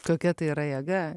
kokia tai yra jėga